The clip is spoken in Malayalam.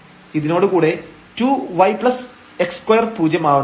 ഇതിനോടു കൂടെ 2 yx2 പൂജ്യമാവണം